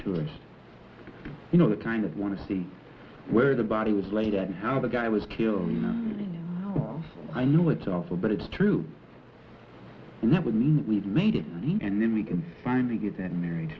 tourists you know that kind of want to see where the body was laid and how the guy was killed you know i know it's also but it's true and that would mean we've made it and then we can finally get it married